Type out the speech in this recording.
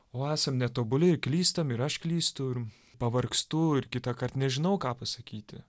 o esam netobuli ir klystam ir aš klystu ir pavargstu ir kitąkart nežinau ką pasakyti